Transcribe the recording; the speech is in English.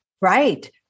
Right